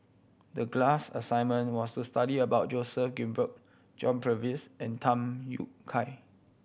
the class assignment was to study about Joseph Grimberg John Purvis and Tham Yui Kai